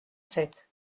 sept